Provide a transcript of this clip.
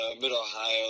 mid-Ohio